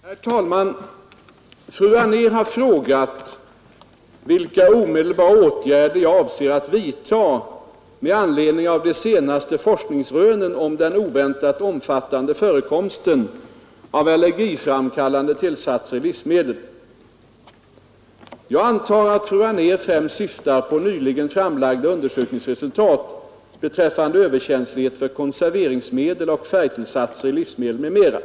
Herr talman! Fru Anér har frågat vilka omedelbara åtgärder jag avser att vidta med anledning av de senaste forskningsrönen om den oväntat omfattande förekomsten av allergiframkallande tillsatser i livsmedel. Jag antar att fru Anér främst syftar på nyligen framlagda undersökningsresultat beträffande överkänslighet för konserveringsmedel och färgtillsatser i livsmedel m.m.